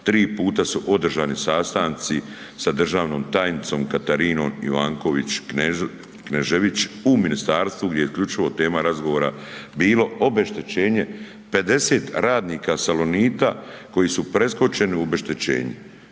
3 puta su održani sastanci sa državnom tajnicom Katarinom Ivanković Knežević u ministarstvu gdje isključivo tema razgovora bilo obeštećenje 50 radnika Salonita koji su preskočeni u obeštećenju.